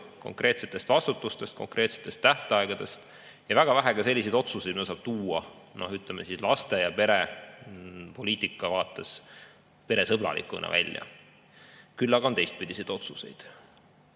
konkreetsest vastutusest, konkreetsetest tähtaegadest. Väga vähe on ka selliseid otsuseid, mida saab tuua, ütleme, laste- ja perepoliitika vaates peresõbralikuna välja. Küll aga on teistpidiseid otsuseid.